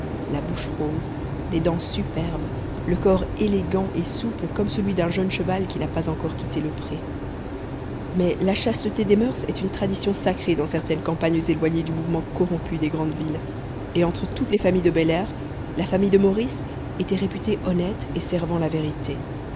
la bouche rose des dents superbes le corps élégant et souple comme celui d'un jeune cheval qui n'a pas encore quitté le pré mais la chasteté des murs est une tradition sacrée dans certaines campagnes éloignées du mouvement corrompu des grandes villes et entre toutes les familles de belair la famille de maurice était réputée honnête et servant la vérité